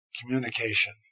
Communication